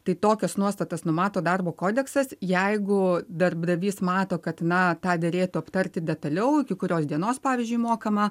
tai tokias nuostatas numato darbo kodeksas jeigu darbdavys mato kad na tą derėtų aptarti detaliau iki kurios dienos pavyzdžiui mokama